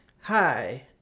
hi